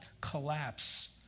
collapse